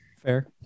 Fair